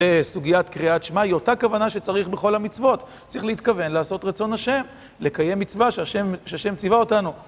סוגיית קריאת שמע היא אותה כוונה שצריך בכל המצוות. צריך להתכוון, לעשות רצון השם, לקיים מצווה שהשם ציווה אותנו.